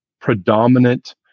predominant